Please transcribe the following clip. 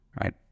right